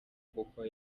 kuko